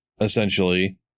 essentially